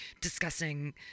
discussing